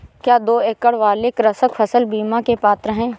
क्या दो एकड़ वाले कृषक फसल बीमा के पात्र हैं?